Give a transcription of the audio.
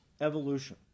evolution